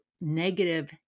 negative